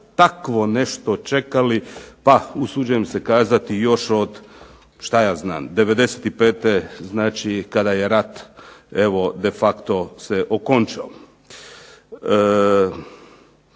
takvo nešto čekali pa usuđujem se kazati još od šta ja znam '95.-te kada je rat evo de facto se okončao.